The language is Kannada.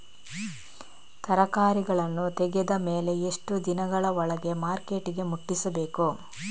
ತರಕಾರಿಗಳನ್ನು ತೆಗೆದ ಮೇಲೆ ಎಷ್ಟು ದಿನಗಳ ಒಳಗೆ ಮಾರ್ಕೆಟಿಗೆ ಮುಟ್ಟಿಸಬೇಕು?